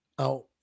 out